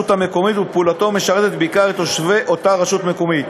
המקומית ופעילותו משרתת בעיקר את תושבי אותה רשות מקומית.